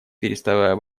переставая